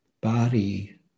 body